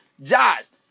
jazz